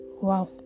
wow